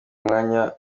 umwanya